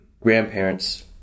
grandparents